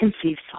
conceived